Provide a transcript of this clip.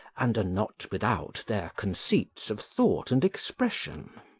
and are not without their concerts of thought and expression.